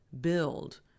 build